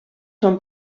són